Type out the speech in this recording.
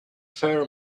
fair